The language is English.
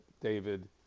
David